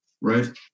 right